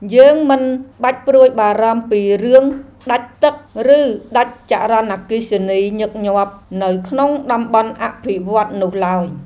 យើងមិនបាច់ព្រួយបារម្ភពីរឿងដាច់ទឹក ឬដាច់ចរន្តអគ្គិសនីញឹកញាប់ នៅក្នុងតំបន់អភិវឌ្ឍន៍នោះឡើយ។